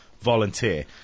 volunteer